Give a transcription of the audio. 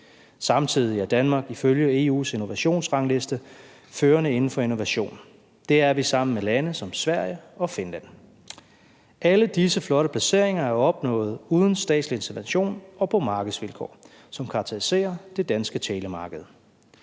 Samtidig er Danmark ifølge EU's innovationsrangliste førende inden for innovation. Det er vi sammen med lande som Sverige og Finland. Alle disse flotte placeringer er opnået uden statslig intervention og på markedsvilkår, som karakteriserer det danske telemarked.